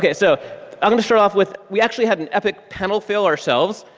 yeah so um to start off with we actually had an epic panel fail ourselves,